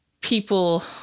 people